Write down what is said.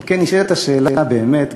אם כן נשאלת השאלה באמת,